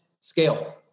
scale